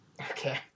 Okay